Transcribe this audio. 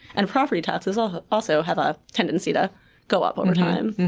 and property taxes ah also have a tendency to go up over time.